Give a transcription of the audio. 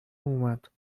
اومد